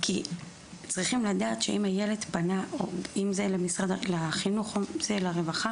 כי צריכים לדעת שאם הילד פנה לחינוך או לרווחה,